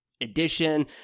edition